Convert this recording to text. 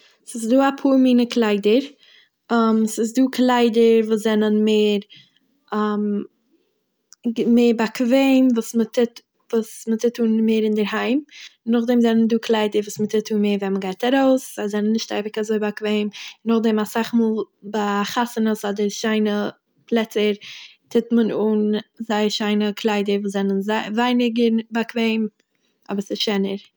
ס'איז דא אפאר מינע קליידער, ס'איז דא קליידער וואס זענען מער גו- מער באקוועם וואס מ'טוט- וואס מ'טוט אן מער אינדערהיים, נאכדעם זענען דא קליידער וואס מ'טוט אן מער ווען מ'גייט ארויס זיי זענען נישט אייביג אזוי באקוועם, נאכדעם אסאך מאל ביי חתונות אדער שיינע פלעצער טוט מען אן זייער שיינע קליידער וואס זענען וויי- ווייניגער באקוועם אבער ס'איז שענער.